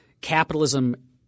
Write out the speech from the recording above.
capitalism –